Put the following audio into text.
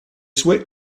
sue